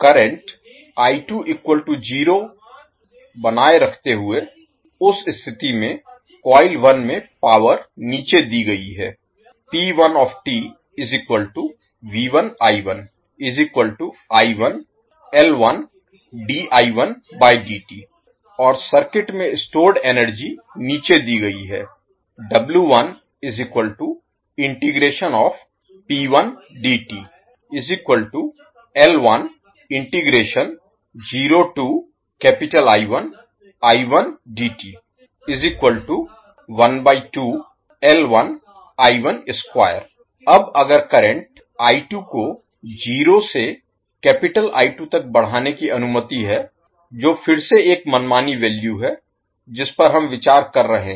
current 0 को बनाए रखते हुए उस स्थिति में कॉइल 1 में पावर नीचे दी गयी है और सर्किट में स्टोर्ड एनर्जी नीचे दी गई है अब अगर करंट को 0 से तक बढ़ाने की अनुमति है जो फिर से एक मनमानी वैल्यू है जिस पर हम विचार कर रहे हैं